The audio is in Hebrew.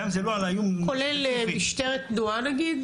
גם אם זה לא על האיום הספציפי --- כולל משטרת תנועה למשל?